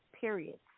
periods